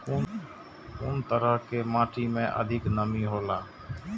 कुन तरह के माटी में अधिक नमी हौला?